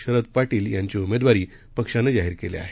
शरद पाटील यांची उमेदवारी पक्षानं जाहीर केली आहे